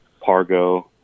Pargo